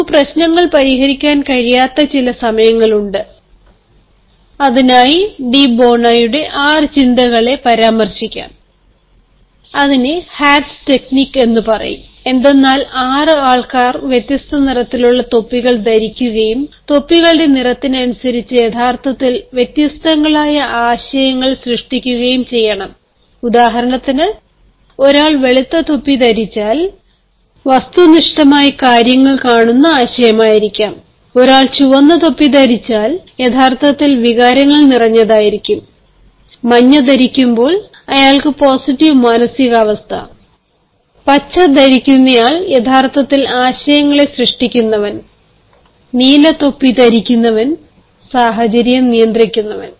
നമുക്ക് പ്രശ്നങ്ങൾ പരിഹരിക്കാൻ കഴിയാത്ത ചില സമയങ്ങളുണ്ട് അതിനായി ഡി ബോണോയുടെ 6 ചിന്തകളെ പരാമർശിക്കാം അതിനെ ഹാറ്സ് ടെക്നിക് എന്ന് പറയും എന്തെന്നാൽ 6 ആൾക്കാർ വ്യത്യസ്ത നിറത്തിലുള്ള തൊപ്പികൾ ധരിക്കുകയും തൊപ്പികളുടെ നിറത്തിനനുസരിച് യഥാർത്ഥത്തിൽ വ്യത്യസ്തങ്ങളായ ആശയങ്ങൾ സൃഷ്ടിക്കുകയും ചെയ്യണം ഉദാഹരണത്തിന് ഒരാൾ വെളുത്ത തൊപ്പി ധരിച്ചാൽ വസ്തുനിഷ്ഠമായി കാര്യങ്ങൾ കാണുന്ന ആശയമായിരിക്കാം ഒരാൾ ചുവന്ന തൊപ്പി ധരിച്ചാൽ യഥാർത്ഥത്തിൽ വികാരങ്ങൾ നിറഞ്ഞതായിരിക്കും മഞ്ഞ ധരിക്കുമ്പോൾ അയാൾക്ക് പോസിറ്റീവ് മാനസികാവസ്ഥ പച്ച ധരിക്കുന്നയാള് യഥാർത്ഥത്തിൽ ആശയങ്ങളെ സൃഷ്ടിക്കുന്നവൻ നീല തൊപ്പി ധരിക്കുന്നവൻ സാഹചര്യം നിയന്ത്രിക്കുന്നവൻ